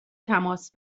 تماس